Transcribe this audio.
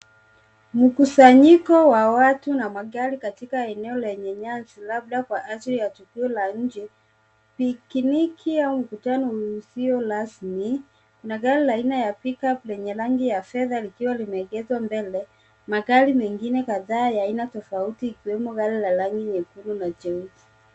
Mkusanyiko wa watu na magari katika eneo lenye nyasi, labda kwa ajili ya tukio la nje, pikiniki au mkutano usio rasmi. Kuna gari aina ya pickup lenye rangi ya fedha likiwa limeegeshwa mbele. Magari mengine kadhaa ya aina tofauti ikiwemo gari la rangi nyekundu na jeusi.